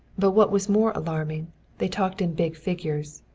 but what was more alarming they talked in big figures.